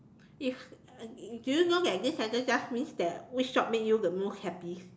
if uh do you know that this sentence just means that which job make you the most happy